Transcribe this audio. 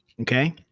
Okay